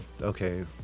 okay